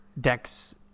decks